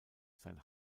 sein